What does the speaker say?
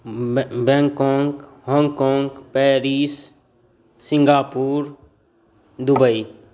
Bangkok Hong Kong Paris Singapore Dubai